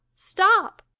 stop